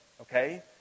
okay